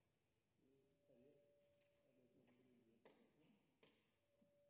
han er uten